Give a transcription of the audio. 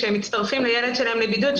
שמצטרפים לילד שלהם בבידוד.